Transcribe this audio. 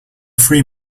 free